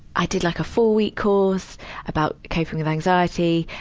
i did like a full week course about coping with anxiety.